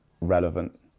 relevant